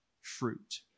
fruit